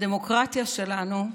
הדמוקרטיה שלנו,